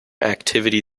activity